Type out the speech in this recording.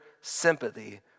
sympathy